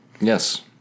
Yes